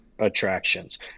attractions